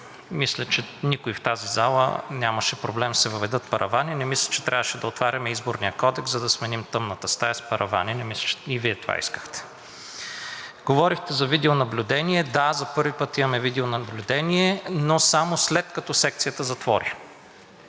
Мисля, че никой в тази зала нямаше проблем да се въведат паравани. Не мисля, че трябваше да отваряме Изборния кодекс, за да сменим тъмната стая с паравани и че Вие това искахте. Говорихте за видеонаблюдение – да, за първи път имаме видеонаблюдение, но само след като секцията затвори.